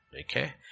Okay